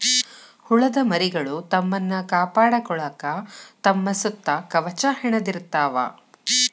ಹುಳದ ಮರಿಗಳು ತಮ್ಮನ್ನ ಕಾಪಾಡಕೊಳಾಕ ತಮ್ಮ ಸುತ್ತ ಕವಚಾ ಹೆಣದಿರತಾವ